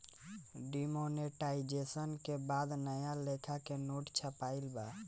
demonetisation के बाद नया लेखा के नोट छपाईल बा